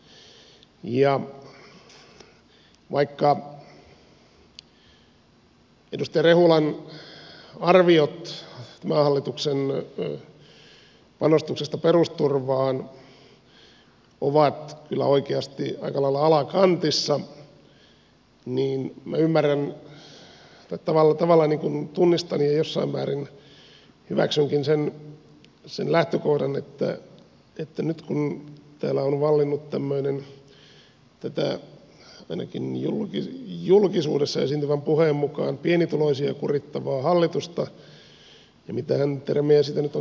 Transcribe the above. vaikka edustaja rehulan arviot tämän hallituksen panostuksesta perusturvaan ovat kyllä oikeasti aika lailla alakantissa niin minä tavallaan tunnistan ja jossain määrin hyväksynkin sen lähtökohdan nyt kun täällä on vallinnut tämmöinen näkemys ainakin julkisuudessa esiintyvän puheen mukaan pienituloisia kurittavasta hallituksesta ja mitähän termiä siitä nyt on käytettykään